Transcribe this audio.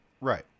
Right